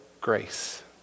grace